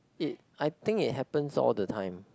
it I think it happens all the time